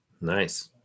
Nice